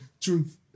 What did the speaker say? Truth